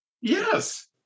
Yes